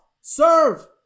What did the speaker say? Serve